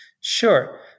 Sure